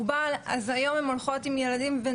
אם